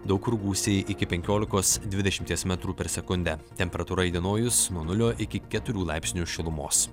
daug kur gūsiai iki penkiolikos dvidešimties metrų per sekundę temperatūra įdienojus nuo nulio iki keturių laipsnių šilumos